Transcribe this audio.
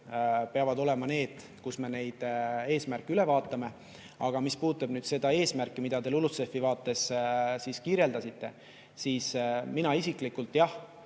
peavad olema need, kus me neid eesmärke üle vaatame. Aga mis puudutab nüüd seda eesmärki, mida te LULUCF-i vaates kirjeldasite, siis mina isiklikult jah,